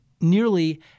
nearly